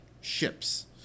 ships